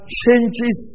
changes